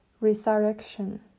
resurrection